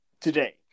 today